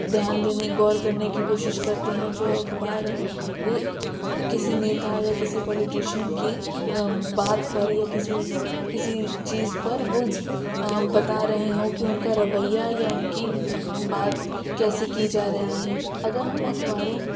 دھیان دینے غور کرنے کی کوشش کرتے ہیں جو اکھبار کسی نیتا یا کسی پالیٹیشین کی بات پر یا کسی کسی چیز پر وہ بتا رہے ہوں کہ ان کا رویّہ یا ان کی بات کیسے کی جا رہی ہے اگر ہم اخباروں